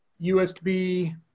USB